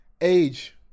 Age